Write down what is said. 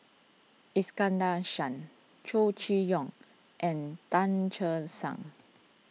Iskandar Shah Chow Chee Yong and Tan Che Sang